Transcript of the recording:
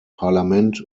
parlament